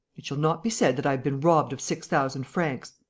it shall not be said that i've been robbed of six thousand francs.